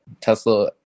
Tesla